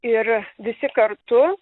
ir visi kartu